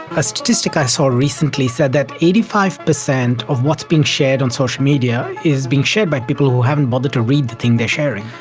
a statistic i saw recently said that eighty five percent of what is being shared on social media is being shared by people haven't bothered to read the thing they are sharing.